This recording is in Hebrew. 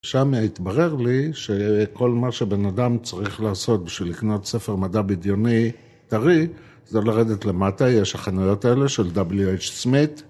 שם התברר לי, שכל מה שבן אדם צריך לעשות בשביל לקנות ספר מדע בדיוני טרי זה לרדת למטה, יש החנויות האלה של W.H. Smith